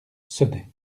sonnait